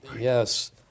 Yes